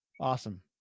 Awesome